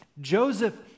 Joseph